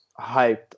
hyped